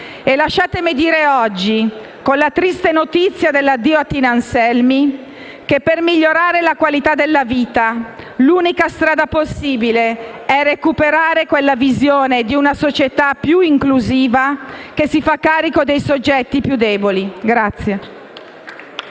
lasciatemi dire oggi, con la triste notizia dell'addio a Tina Anselmi, che, per migliorare la qualità della vita, l'unica strada possibile è recuperare quella visione di una società più inclusiva che si fa carico dei soggetti più deboli.